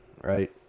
right